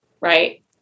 Right